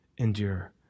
endure